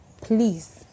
please